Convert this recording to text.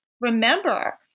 remember